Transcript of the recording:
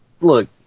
Look